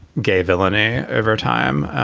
gay villainy over time.